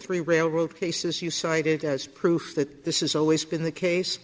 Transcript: three railroad cases you cited as proof that this is always been the case